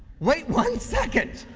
wait one second.